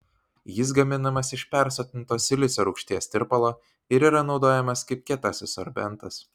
jis gaminamas iš persotinto silicio rūgšties tirpalo ir yra naudojamas kaip kietasis sorbentas